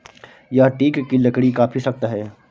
यह टीक की लकड़ी काफी सख्त है